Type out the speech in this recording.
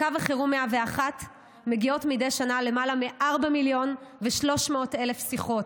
לקו החירום 101 מגיעות מידי שנה למעלה מ-4 מיליון ו-300,000 שיחות.